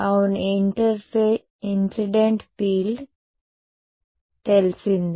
అవును incident field తెలిసిందే